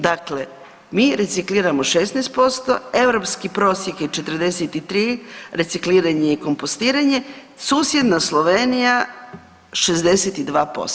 Dakle, mi recikliramo 16%, europski prosjek je 43, recikliranje i kompostiranje, susjedna Slovenija 62%